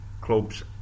clubs